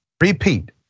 repeat